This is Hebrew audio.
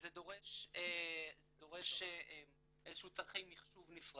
זה דורש איזשהו צרכי מחשוב נפרדים.